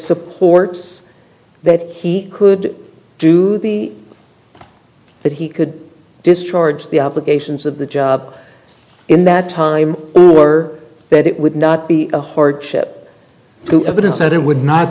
supports that he could do the that he could discharge the obligations of the job in that time were that it would not be a hardship to evidence that it would not